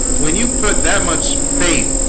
when you put that much faith?